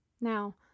Now